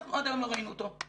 אנחנו עד היום לא ראינו אותו.